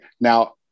now